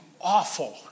awful